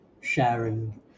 sharing